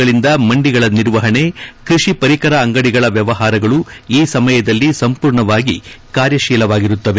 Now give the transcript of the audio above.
ಗಳಿಂದ ಮಂಡಿಗಳ ನಿರ್ವಹಣೆ ಕೃಷಿ ಪರಿಕರ ಅಂಗಡಿಗಳ ವ್ಯವಹಾರಗಳು ಈ ಸಮಯದಲ್ಲಿ ಸಂಪೂರ್ಣವಾಗಿ ಕಾರ್ಯಶೀಲವಾಗಿರುತ್ತವೆ